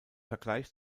vergleich